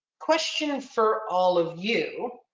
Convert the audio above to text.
question for all of you.